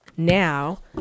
Now